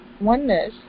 Oneness